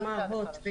כלומר הוט,